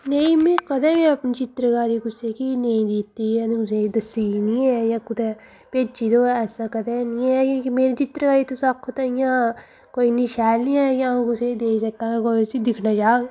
नेईं में कदें बी अपनी चित्रकारी कुसै गी नेईं दित्ती ऐ कुसै गी दस्सी दी नेईं ऐ जां कुतै भेजी दी होऐ ऐसा कदें नी ऐ जेह्के मेरी चित्रकारी तुसें आक्खो तां इ'यां कोई इन्नी शैल नी कि अ'ऊं कुसै गी देई सकां कोई उसी दिक्खना चाह्ग